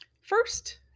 First